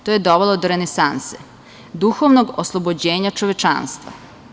To je dovelo do renesanse, duhovnog oslobođenja čovečanstva.